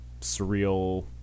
surreal